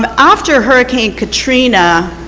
um after hurricane katrina,